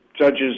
judges